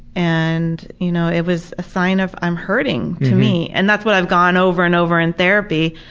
and you know it was a sign of i'm hurting, to me. and that's what i've gone over and over in therapy,